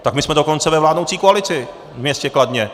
Tak my jsme dokonce ve vládnoucí koalici ve městě Kladně.